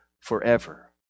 forever